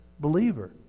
believer